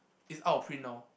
it's out of print now